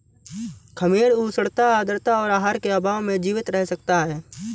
खमीर उष्णता आद्रता और आहार के अभाव में जीवित रह सकता है